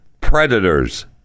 predators